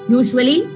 usually